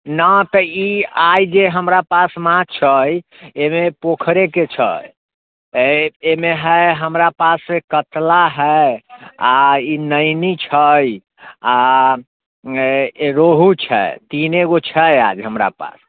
नहि तऽ आइ जे हमरा पास माछ है एहिमे पोखरेके छै ए एहिमे है हमरा पास कतला है आओर ई नैनी छै आओर रोहू छै तीने गो छै आज हमरा पास